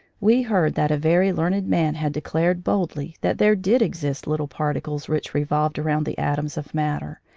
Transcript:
we heard that a very learned man had declared boldly that there did exist little particles which revolved around the atoms of matter,